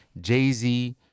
Jay-Z